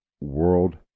world